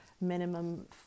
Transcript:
minimum